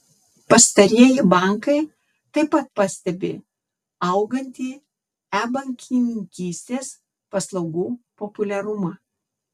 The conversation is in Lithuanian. pastarieji bankai taip pat pastebi augantį e bankininkystės paslaugų populiarumą